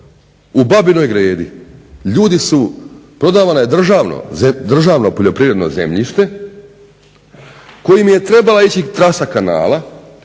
u Babinoj gredi ljudi su, prodavano je državno poljoprivredno zemljište kojim je trebala ići trasa kanala,